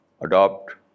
adopt